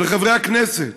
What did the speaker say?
ולחברי הכנסת: